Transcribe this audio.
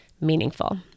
meaningful